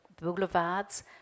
boulevards